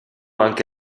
anche